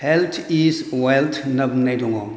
health is wealth होनना बुंनाय दङ